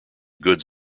goods